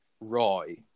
Roy